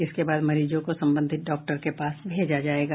इसके बाद मरीजों को संबंधित डॉक्टर के पास भेजा जायेगा